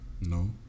No